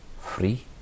free